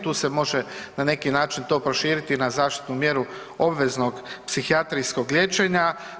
Tu se može na neki način to proširiti na zaštitnu mjeru obveznog psihijatrijskog liječenja.